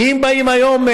כי אם באים היום,